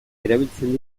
erabiltzen